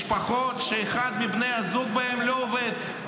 משפחות שאחד מבני הזוג בהן לא עובד,